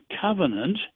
covenant